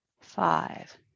five